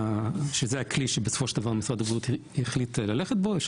שזה הכלי שמשרד הבריאות החליט ללכת איתו בסופו של דבר,